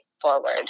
forward